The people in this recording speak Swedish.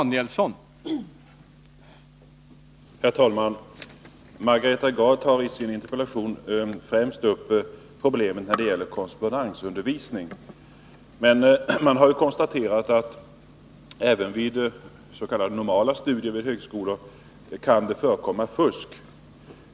Herr talman! Margareta Gard tar i sin interpellation främst upp problem som gäller korrespondensundervisning. Men man har konstaterat att även vid s.k. normala studier vid högskolor kan fusk förekomma.